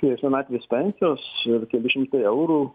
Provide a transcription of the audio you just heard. prie senatvės pensijos čia ir keli šimtai eurų